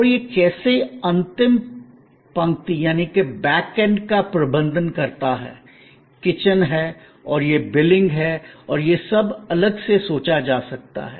और यह कैसे अंतिम पंक्ति बैक एंड का प्रबंधन करता है किचन है और यह बिलिंग है और यह सब अलग से सोचा जा सकता है